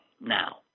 now